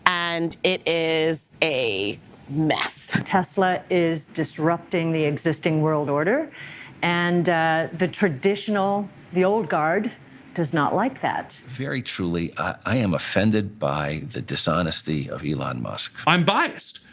and it is a mess. tesla is disrupting the existing world order and the traditional the old guard does not like that. very truly, i am offended by the dishonesty of elon musk. i'm biased.